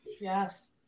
Yes